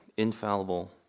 Infallible